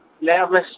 Nervous